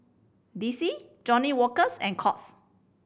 D C Johnnie Walkers and Courts